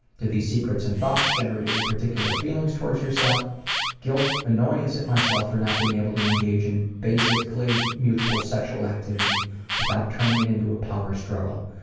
do these secrets and thoughts generate any particular feelings towards yourself guilt. annoyance at myself for not being able to engage in basically mutual sexual activity without turning it into a power struggle.